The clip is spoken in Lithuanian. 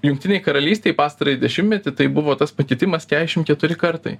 jungtinėj karalystėj pastarąjį dešimtmetį tai buvo tas pakitimas kesšim keturi kartai